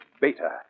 Beta